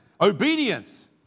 Obedience